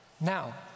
Now